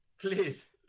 please